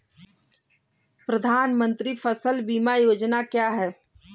प्रधानमंत्री फसल बीमा योजना क्या है?